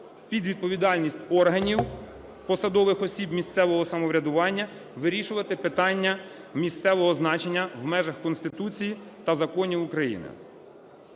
під відповідальність органів, посадових осіб місцевого самоврядування вирішувати питання місцевого значення в межах Конституції та законів України.